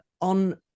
on